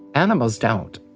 animals don't.